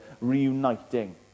reuniting